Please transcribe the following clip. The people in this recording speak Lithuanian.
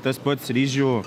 tas pats ryžių